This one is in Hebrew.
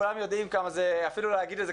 וכולם יודעים כמה קשה לי אפילו להגיד את זה,